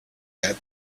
yet